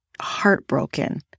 heartbroken